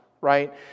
Right